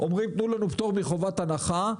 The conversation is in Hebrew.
אומרים תנו לנו פטור מחובת הנחה,